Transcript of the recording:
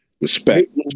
Respect